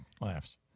laughs